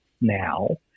now